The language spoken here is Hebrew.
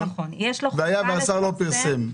ואם השר לא פרסם?